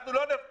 אנחנו לא נרפה.